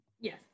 Yes